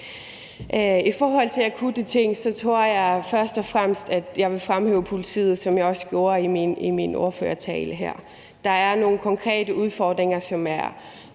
I forhold til akutte ting tror jeg, at jeg først og fremmest vil fremhæve politiet, som jeg også gjorde i min ordførertale. Der er nogle konkrete udfordringer, hvor